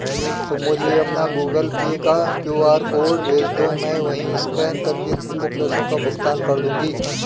तुम मुझे अपना गूगल पे का क्यू.आर कोड भेजदो, मैं वहीं स्कैन करके तुमको पैसों का भुगतान कर दूंगी